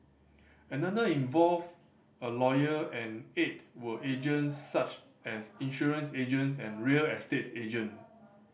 another involved a lawyer and eight were agents such as insurance agents and real estates agent